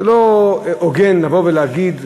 זה לא הוגן לבוא ולהגיד: